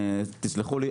תסלחו לי,